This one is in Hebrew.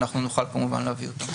אנחנו נוכל כמובן להביא אותם.